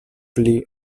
pli